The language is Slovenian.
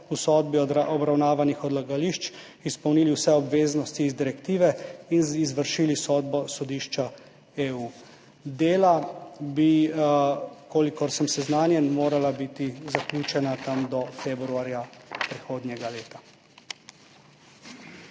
v sodbi obravnavanih odlagališč izpolnili vse obveznosti iz direktive in izvršili sodbo sodišča EU. Dela bi, kolikor sem seznanjen, morala biti zaključena do februarja prihodnjega leta.